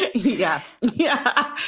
yeah, yeah,